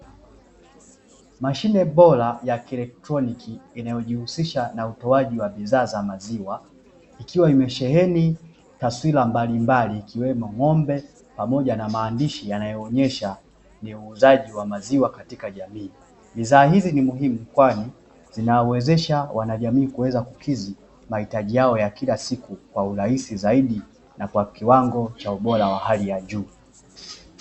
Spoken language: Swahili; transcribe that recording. Mashine bora ya kielektroniki, inayojihusisha na utoaji wa bidhaa za maziwa, ikiwa imesheheni taswira mbalimbali, ikiwemo ng'ombe pamoja na maandishi yanayoonyesha ni uuzaji wa maziwa katika jamii. Bidhaa hizi ni muhimu, kwani zinawezesha wanajamii kuweza kukidhi mahitaji yao ya kila siku kwa urahisi zaidi na kwa kiwango cha ubora wa hali ya juu.